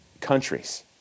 countries